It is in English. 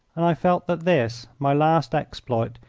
and i felt that this, my last exploit,